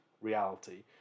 reality